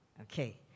Okay